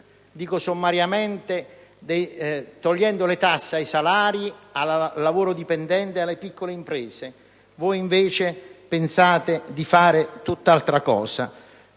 dico sommariamente - riducendo le tasse sui salari, sul lavoro dipendente e sulle piccole imprese. Voi, invece, pensate di fare tutt'altra cosa.